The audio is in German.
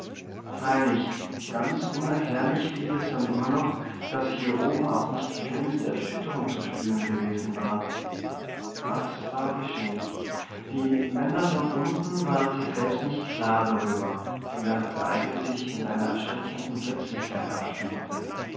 freilich ganz unerklärlich blieb es dann immer noch daß hier oben auch nicht die geringste erschütterung zu spüren gewesen war was war geschehen die männer dort unten waren sich selbst nicht klar darüber während das ereignis sich mit einer erschreckenden plötzlichkeit abspielte